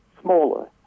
smaller